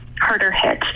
harder-hit